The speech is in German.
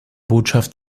botschaft